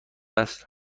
است